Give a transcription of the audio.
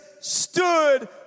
stood